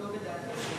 הוא לא בדעת יחיד.